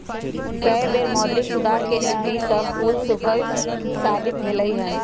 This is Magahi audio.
कय बेर मौद्रिक सुधार के नीति सभ सूफल साबित भेलइ हन